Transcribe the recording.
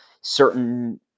certain